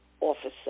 officer